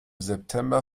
september